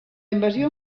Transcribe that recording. invasió